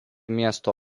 miesto